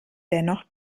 dennoch